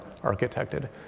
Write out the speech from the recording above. architected